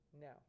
Now